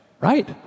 right